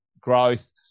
growth